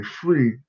free